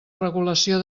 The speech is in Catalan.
regulació